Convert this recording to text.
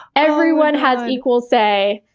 everyone has equal say.